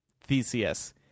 theseus